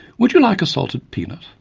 would you like a salted peanut?